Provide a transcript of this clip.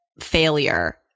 failure